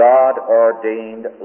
God-ordained